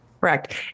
Correct